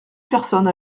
personnes